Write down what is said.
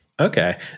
Okay